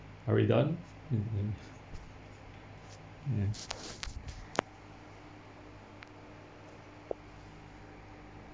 are we done ya